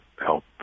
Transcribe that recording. help